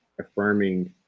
affirming